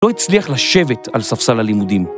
לא הצליח לשבת על ספסל הלימודים.